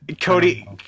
cody